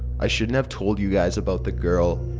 i shouldn't have told you guys about the girl.